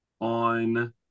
on